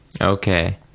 Okay